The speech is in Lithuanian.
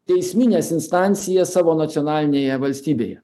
teismines instancijas savo nacionalinėje valstybėje